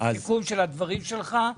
סיכום של הדברים שלך.